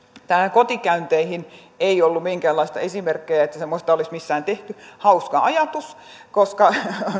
kotikäynteihin ei ollut minkäänlaista esimerkkiä että semmoista olisi missään tehty hauska ajatus koska